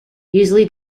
usually